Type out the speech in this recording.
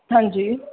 ਹਾਂਜੀ